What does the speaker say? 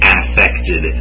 affected